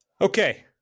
Okay